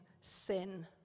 sin